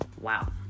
Wow